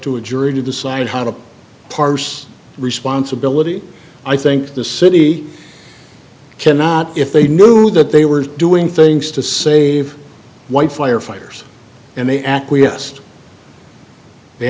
to a jury to decide how to parse responsibility i think the city cannot if they knew that they were doing things to save white firefighters and they acquiesced they